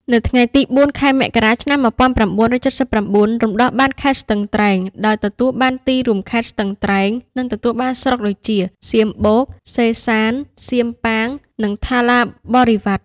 នៅថ្ងៃទី ០៤ ខែមករា ឆ្នាំ ១៩៧៩ រំដោះបានខេត្តស្ទឹងត្រែង ដោយទទួលបានទីរួមខេត្ត ស្ទឹងត្រែង និងទទួលបានស្រុកដូចជា សៀមបូក សេសាន សៀមប៉ាង និងថាឡាបរិវ៉ាត់។